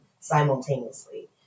simultaneously